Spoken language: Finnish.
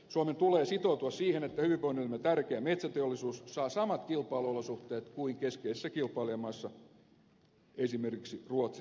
suomen tulee sitoutua siihen että hyvinvoinnillemme tärkeä metsäteollisuus saa samat kilpailuolosuhteet kuin keskeisissä kilpailijamaissa esimerkiksi ruotsissa on